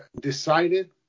decided